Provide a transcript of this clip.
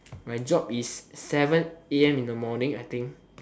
my job is seven a_m in the morning I think